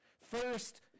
First